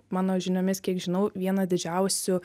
mano žiniomis kiek žinau vieną didžiausių